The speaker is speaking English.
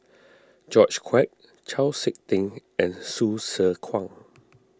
George Quek Chau Sik Ting and Hsu Tse Kwang